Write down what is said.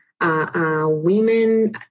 Women